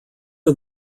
are